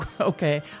Okay